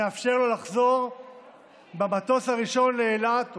נאפשר לו לחזור במטוס הראשון לאילת,